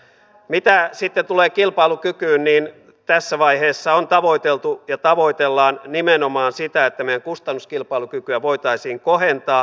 mitä sitten tulee kilpailukykyyn niin tässä vaiheessa on tavoiteltu ja tavoitellaan nimenomaan sitä että meidän kustannuskilpailukykyä voitaisiin kohentaa